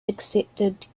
accepted